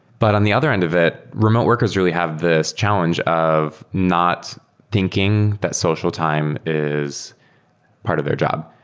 but on the other end of it, remote workers really have this challenge of not thinking that social time is part of their job.